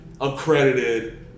accredited